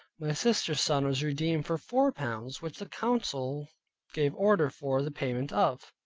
my sister's son was redeemed for four pounds, which the council gave order for the payment of.